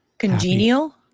Congenial